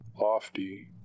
lofty